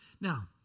Now